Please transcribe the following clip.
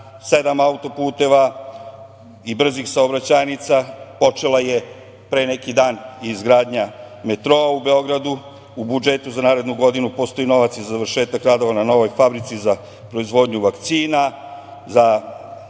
sedam auto-puteva i brzih saobraćajnica, počela je pre neki dan i izgradnja metroa u Beogradu. U budžetu za narednu godinu postoji novac i za završetak radova na novoj fabrici za proizvodnju vakcina, za